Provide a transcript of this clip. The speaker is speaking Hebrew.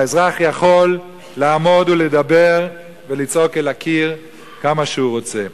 האזרח יכול לעמוד ולדבר ולצעוק אל הקיר כמה שהוא רוצה,